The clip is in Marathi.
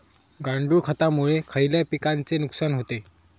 गांडूळ खतामुळे खयल्या पिकांचे नुकसान होते?